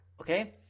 Okay